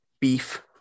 beef